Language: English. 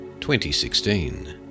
2016